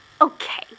Okay